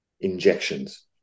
injections